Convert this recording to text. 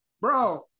Bro